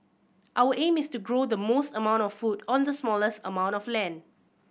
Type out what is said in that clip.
our aim is to grow the most amount of food on the smallest amount of land